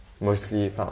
mostly